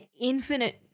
infinite